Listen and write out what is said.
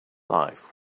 life